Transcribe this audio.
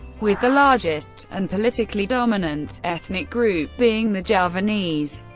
with the largest and politically dominant ethnic group being the javanese.